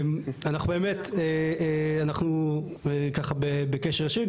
אנחנו באמת ככה בקשר אישי,